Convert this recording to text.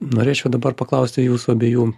norėčiau dabar paklausti jūsų abiejų